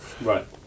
Right